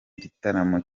gitaramo